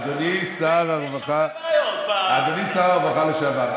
אדוני שר הרווחה, אדוני שר הרווחה לשעבר,